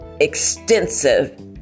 extensive